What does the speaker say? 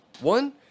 One